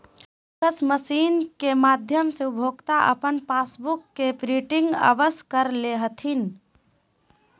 kiosk machine के माध्यम से उपभोक्ता अपन पासबुक के प्रिंटिंग स्वयं कर ले हथिन